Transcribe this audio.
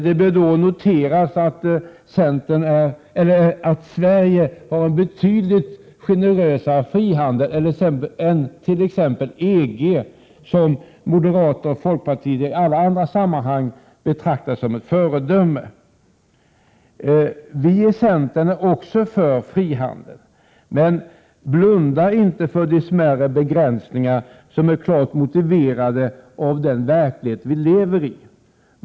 Det bör noteras att Sverige har en betydligt generösare frihandel än t.ex. EG, som moderater och folkpartister i alla andra sammanhang betraktar som ett föredöme. Vi i centern är också för frihandel, men blundar inte för de smärre begränsningar som är klart motiverade av den verklighet vi lever i.